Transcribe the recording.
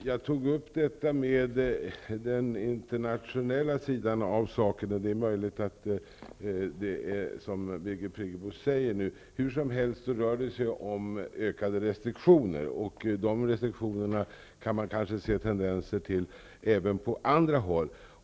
Herr talman! Jag tog upp den internationella sidan av saken, men det är möjligt att det är som Birgit Friggebo nu säger. Hur som helst rör det sig om ökade restriktioner, och de restriktionerna kan man kanske se tendenser till även på andra håll.